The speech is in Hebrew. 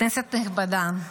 כנסת נכבדה,